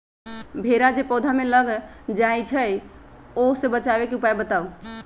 भेरा जे पौधा में लग जाइछई ओ से बचाबे के उपाय बताऊँ?